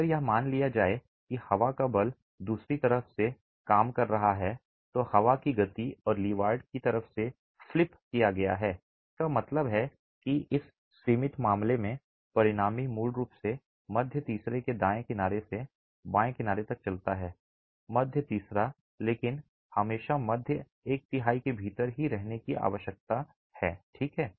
अगर यह मान लिया जाए कि हवा का बल दूसरी तरफ से काम कर रहा है तो हवा की गति और लीवार्ड की तरफ से फ़्लिप किया गया है इसका मतलब है कि इस सीमित मामले में परिणामी मूल रूप से मध्य तीसरे के दाएं किनारे से बाएं किनारे तक चलता है मध्य तीसरा लेकिन हमेशा मध्य एक तिहाई के भीतर ही रहने की आवश्यकता है ठीक है